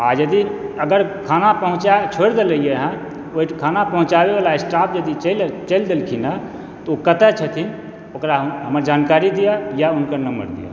आ यदि अगर खाना पहुँचाए छोड़ि देलियै हँ ओहि खाना पहुँचाबैबला स्टाफ यदि चलि देलखिन हँ तऽ ओ कतय छथिन ओकरा हमर जानकारी दिअ या हुनकर नम्बर दिअ